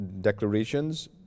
declarations